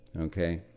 Okay